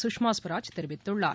சுஷ்மா ஸ்வராஜ் தெரிவித்துள்ளார்